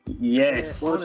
Yes